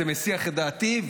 זה מסיח את דעתי,